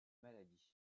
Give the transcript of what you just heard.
maladie